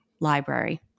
library